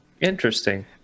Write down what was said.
Interesting